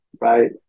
right